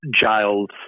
Giles